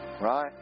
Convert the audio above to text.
right